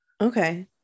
Okay